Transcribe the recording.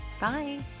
Bye